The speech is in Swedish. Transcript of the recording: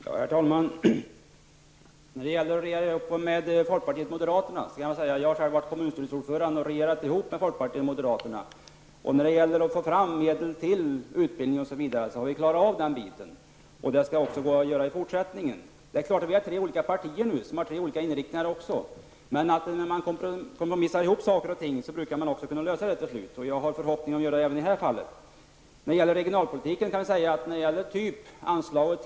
Herr talman! När det gäller frågan om att regera ihop med folkpartiet och moderaterna vill jag säga att jag själv har varit kommunstyrelseordförande och regerat ihop med folkpartiet och moderaterna. Vi har klarat av att få fram medel till utbildning osv. Det skall också gå att göra i fortsättningen. Det rör sig visserligen om tre olika partier som har tre olika inriktningar, men när man kompromissar brukar man kunna lösa frågorna till slut. Jag har förhoppningen om att kunna göra det även i det här fallet.